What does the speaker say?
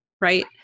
right